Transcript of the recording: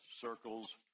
circles